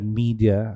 media